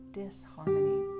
disharmony